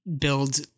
build